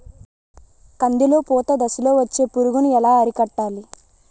కందిలో పూత దశలో వచ్చే పురుగును ఎలా అరికట్టాలి?